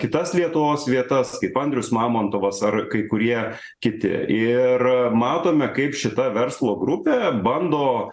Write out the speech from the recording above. kitas lietuvos vietas kaip andrius mamontovas ar kai kurie kiti ir matome kaip šita verslo grupė bando